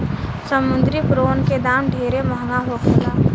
समुंद्री प्रोन के दाम ढेरे महंगा होखेला